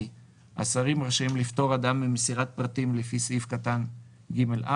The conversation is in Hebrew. השרים רשאים לפטור אדם ממסירת פרטים לפי סעיף קטן (ג)(4),